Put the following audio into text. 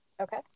Okay